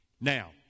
Now